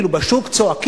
כאילו: בשוק צועקים,